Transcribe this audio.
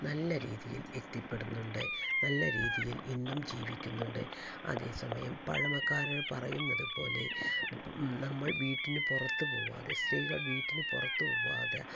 നല്ല രീതിയിൽ എത്തിപ്പെടുന്നുണ്ട് നല്ല രീതിയിൽ ഇന്നും ജീവിക്കുന്നുണ്ട് അതേ സമയം പഴമക്കാർ പറയുന്നതു പോലെ നമ്മൾ വീട്ടിന് പുറത്തു പോകാതെ സ്ത്രീകൾ വീട്ടിന് പുറത്തു പോവാതെ